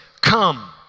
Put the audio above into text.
Come